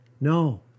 No